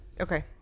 Okay